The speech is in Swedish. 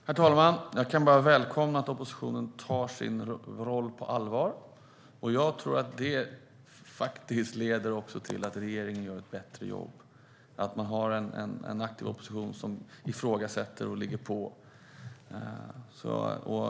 Herr talman! Jag kan bara välkomna att oppositionen tar sin roll på allvar. Jag tror att en aktiv opposition som ifrågasätter och ligger på leder till att regeringen gör ett bättre jobb.